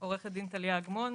אני עו"ד טליה אגמון,